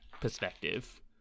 perspective